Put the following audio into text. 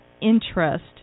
interest